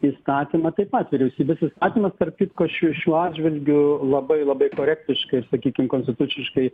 įstatymą taip pat vyriausybės įstatymas tarp kitko šiuo atžvilgiu labai labai korektiškai sakykim konstituciškai